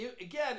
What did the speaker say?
again